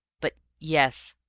but yes,